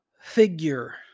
figure